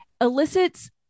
elicits